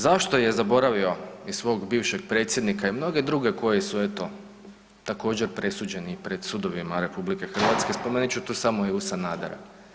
Zašto je zaboravio i svog bivšeg predsjednika i mnoge druge koji su eto također presuđeni i pred sudovima RH, spomenut ću samo Ivu Sanadera.